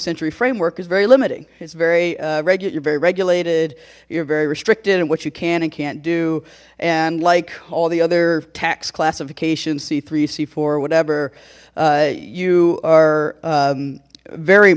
century framework is very limiting it's very regular very regulated you're very restricted and what you can and can't do and like all the other tax classifications c three c four whatever you are very